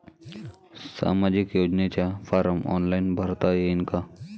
सामाजिक योजनेचा form online भरता येईन का?